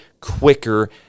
quicker